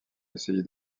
essayé